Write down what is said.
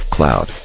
Cloud